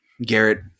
Garrett